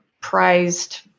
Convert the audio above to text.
prized